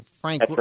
Frank